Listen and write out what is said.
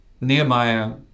Nehemiah